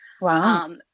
Wow